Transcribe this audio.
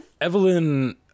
Evelyn